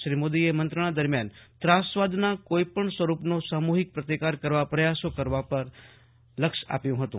શ્રી મોદીએ મંત્રણા દરમિયાન ત્રાસવાદના કોઈપણ સ્વરૂપને સામુહિક પ્રતિકાર કરવા પ્રયાસો કરવા પર વિશેષ લક્ષ આપ્યું હતું